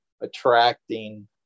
attracting